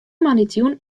moandeitejûn